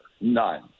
none